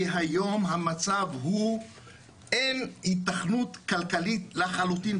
כי היום המצב הוא שאין היתכנות כלכלית לחלוטין,